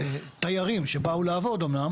ובאמת אנחנו